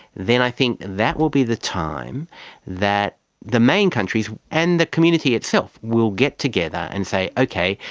then i think that will be the time that the main countries and the community itself will get together and say, okay,